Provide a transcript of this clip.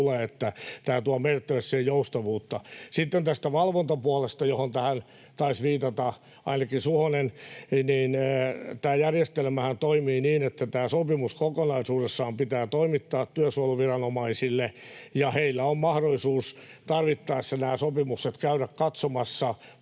ja tämä tuo merkittävästi siihen joustavuutta. Sitten tästä valvontapuolesta, johon taisi viitata ainakin Suhonen. Tämä järjestelmähän toimii niin, että tämä sopimus kokonaisuudessaan pitää toimittaa työsuojeluviranomaisille, ja heillä on mahdollisuus tarvittaessa nämä sopimukset käydä katsomassa,